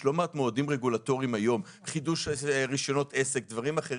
יש לא מעט מועדים רגולטוריים היום: חידוש רישיונות עסק וכדומה.